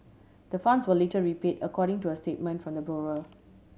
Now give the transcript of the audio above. the funds were later repaid according to a statement from the borrower